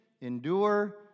endure